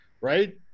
right